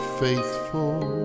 faithful